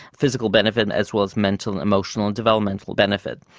physical benefit as well as mental, emotional and developmental benefit.